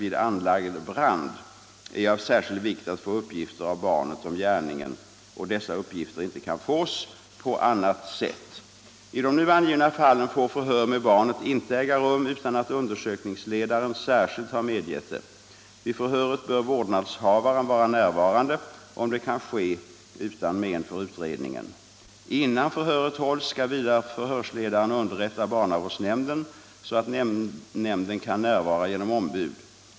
vid anlagd brand — är av särskild vikt att få uppgifter av barnet om gärningen och dessa uppgifter inte kan fås på annat sätt. I de nu angivna fallen får förhör med barnet inte äga rum utan att undersökningsledaren särskilt har medgett det. Vid förhöret bör vårdnadshavaren vara närvarande, om det kan ske utan men för utredningen. Innan förhöret hålls, skall vidare förhörsledaren underrätta barnavårdsnämnden så att nämnden kan närvara genom ombud.